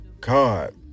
God